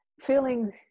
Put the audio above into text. feeling